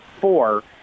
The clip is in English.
four